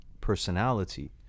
personality